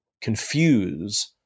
confuse